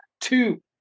two